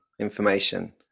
information